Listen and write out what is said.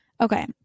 Okay